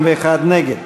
61 נגד.